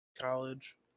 college